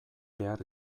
behar